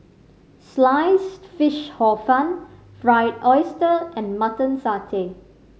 Sliced Fish Hor Fun Fried Oyster and Mutton Satay